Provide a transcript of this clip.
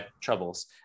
troubles